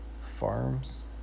Farms